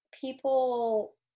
people